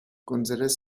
gonzález